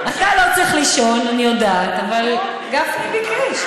אתה לא צריך לישון, אני יודעת, אבל גפני ביקש.